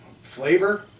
Flavor